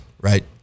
right